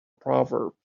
proverbs